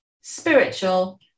spiritual